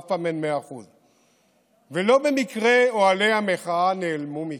אף פעם אין 100%. ולא במקרה אוהלי המחאה נעלמו מכאן,